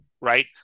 Right